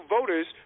voters